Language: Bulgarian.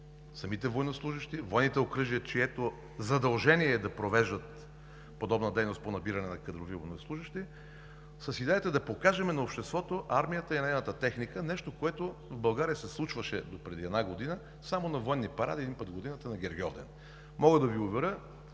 самите военнослужещи, военните окръжия, чието задължение е да провеждат подобна дейност по набиране на кадрови военнослужещи с идеята да покажем на обществото армията и нейната техника – нещо което в България се случваше допреди една година само на военни паради – един път в годината на Гергьовден. Мога да Ви уверя,